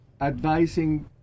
advising